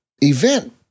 event